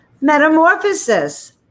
Metamorphosis